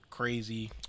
crazy